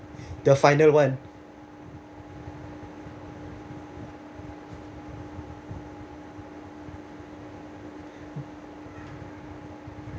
the final one